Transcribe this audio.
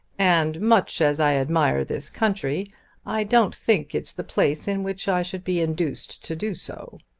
and much as i admire this country i don't think it's the place in which i should be induced to do so.